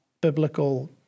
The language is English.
biblical